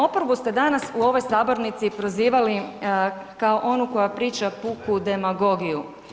Oporbu ste danas u ovoj sabornici prozivali kao onu koja priča puku demagogiju.